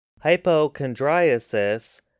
Hypochondriasis